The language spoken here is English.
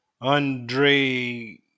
Andre